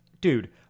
Dude